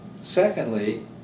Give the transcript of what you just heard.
secondly